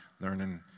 learning